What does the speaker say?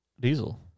Diesel